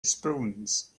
spoons